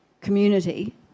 community